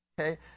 Okay